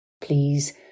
Please